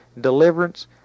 deliverance